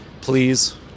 Please